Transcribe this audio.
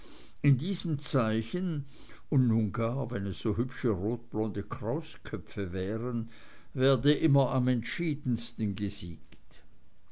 in diesem zeichen und nun gar wenn es so hübsche rotblonde krausköpfe wären werde immer am entschiedensten gesiegt